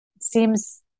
seems